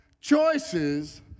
choices